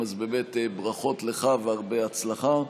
באמת ברכות לך והרבה הצלחה.